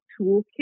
toolkit